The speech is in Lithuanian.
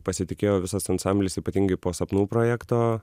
pasitikėjo visas ansamblis ypatingai po sapnų projekto